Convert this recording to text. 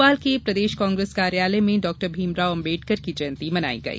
भोपाल के प्रदेश कांग्रेस कार्यालय में डाक्टर भीमराव अंबेडकर की जयंती मनाई गई